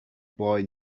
boy